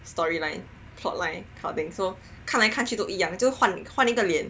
storyline plotline kind of thing so 看来看去都一样就换换一个脸